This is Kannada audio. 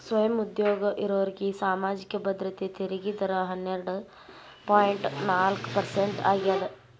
ಸ್ವಯಂ ಉದ್ಯೋಗ ಇರೋರ್ಗಿ ಸಾಮಾಜಿಕ ಭದ್ರತೆ ತೆರಿಗೆ ದರ ಹನ್ನೆರಡ್ ಪಾಯಿಂಟ್ ನಾಲ್ಕ್ ಪರ್ಸೆಂಟ್ ಆಗ್ಯಾದ